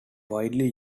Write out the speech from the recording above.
widely